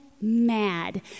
mad